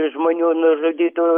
žmonių nužudytų